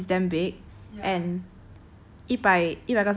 one horse-sized otter means it's damn big